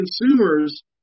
consumers